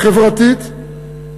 חברתית,